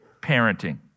parenting